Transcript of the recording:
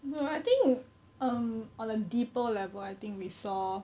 no I think um on a deeper level I think we saw